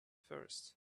first